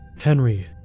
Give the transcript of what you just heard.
Henry